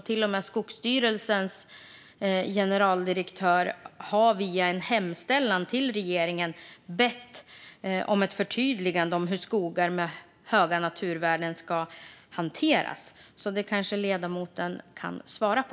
Till och med Skogsstyrelsens generaldirektör har via en hemställan till regeringen bett om ett förtydligande om hur skogar med höga naturvärden ska hanteras. Det kanske ledamoten kan svara på.